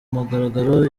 mugaragaro